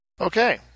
Okay